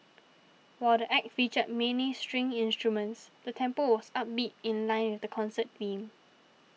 while the Act featured mainly string instruments the tempo was upbeat in line with the concert theme